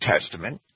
Testament